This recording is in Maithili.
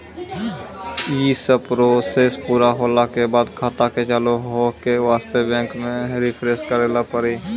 यी सब प्रोसेस पुरा होला के बाद खाता के चालू हो के वास्ते बैंक मे रिफ्रेश करैला पड़ी?